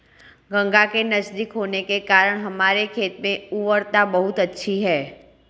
गंगा के नजदीक होने के कारण हमारे खेत में उर्वरता बहुत अच्छी है